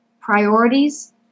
Priorities